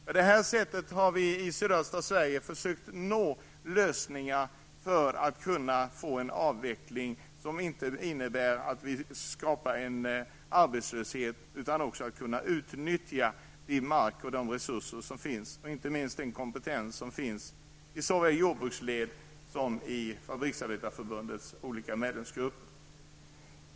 På det här sättet har vi i sydöstra Sverige försökt att nå lösningar för att kunna få en avveckling som inte innebär att det skapas en arbetslöshet utan att man kan utnyttja den mark och de resurser som finns, inte minst den kompetens som finns såväl i jordbrukarleden som i Fabriksarbetareförbundets olika medlemsgrupper.